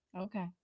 Okay